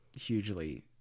hugely